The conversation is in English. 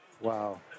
Wow